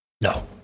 No